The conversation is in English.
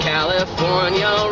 California